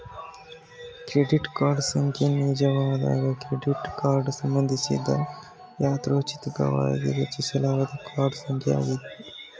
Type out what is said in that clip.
credit card ಸಂಖ್ಯೆ ನಿಮ್ಮನಿಜವಾದ credit card ಸಂಬಂಧಿಸಿದ ಯಾದೃಚ್ಛಿಕವಾಗಿ ರಚಿಸಲಾದ ಕಾರ್ಡ್ ಸಂಖ್ಯೆ ಯಾಗಿರುತ್ತೆ